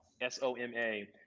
s-o-m-a